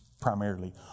primarily